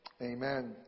Amen